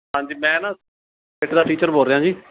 ਹਾਂਜੀ ਮੈਂ ਨਾ ਦਾ ਟੀਚਰ ਬੋਲ ਰਿਹਾਂ ਜੀ